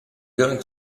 going